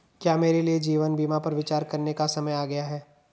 क्या मेरे लिए जीवन बीमा पर विचार करने का समय आ गया है?